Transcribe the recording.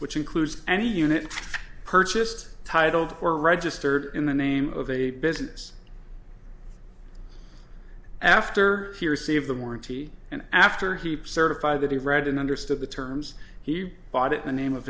which includes any unit purchased titled or registered in the name of a business after he received them or in t and after heaps certify that he read and understood the terms he bought it the name of